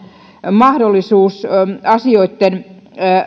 mahdollisuus asioitten